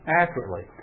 accurately